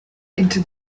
into